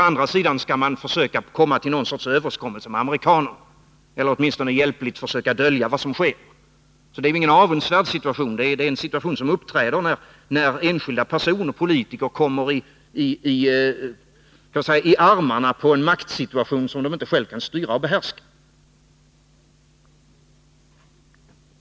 Å andra sidan skall man försöka komma till någon sorts överenskommelse med amerikanarna, eller åtminstone hjälpligt försöka dölja vad som sker. Det är ingen avundsvärd situation. Det är en situation som uppträder när enskilda personer, politiker, råkar ut för en maktsituation som de inte själva kan styra eller behärska.